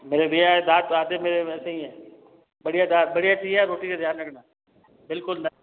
मेरे भैया ये दांत आधे मेरे वैसे ही है बढ़िया दांत बढ़िया चाहिए रोटी ये ध्यान रखना बिलकुल नरम